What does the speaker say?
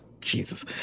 Jesus